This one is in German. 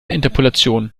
interpolation